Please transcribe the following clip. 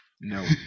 No